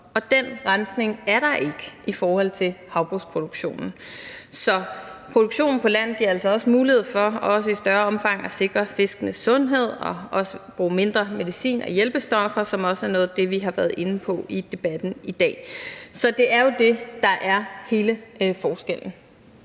og den rensning foregår ikke i havbrugsproduktionen. Så produktionen på land giver altså også mulighed for i større omfang at sikre fiskenes sundhed og også bruge mindre medicin og færre hjælpestoffer, som også er noget af det, vi har været inde på i debatten i dag. Så det er jo det, der er hele forskellen.